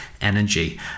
energy